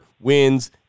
wins